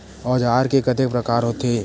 औजार के कतेक प्रकार होथे?